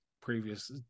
previous